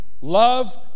love